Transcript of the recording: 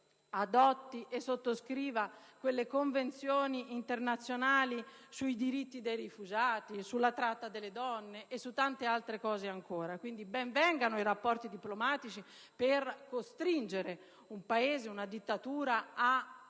adotti e sottoscriva quelle convenzioni internazionali sui diritti dei rifugiati, sulla tratta delle donne, e su tanti altri temi ancora. Quindi, ben vengano i rapporti diplomatici per costringere un Paese a uscire